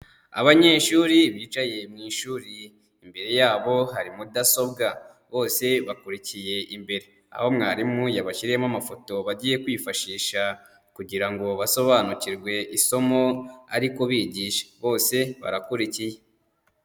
Abanyeshuri bicaye mu ishuri, imbere yabo hari mudasobwa, bose bakurikiye imbere, aho mwarimu yabashyiriyemo amafoto bagiye kwifashisha kugira ngo basobanukirwe isomo ari kubigisha bose barakurikiye.